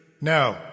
No